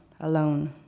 alone